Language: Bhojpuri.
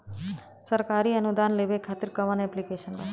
सरकारी अनुदान लेबे खातिर कवन ऐप्लिकेशन बा?